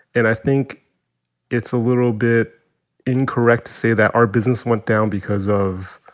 and i think it's a little bit incorrect to say that our business went down because of,